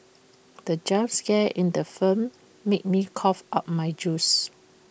the jump scare in the film made me cough out my juice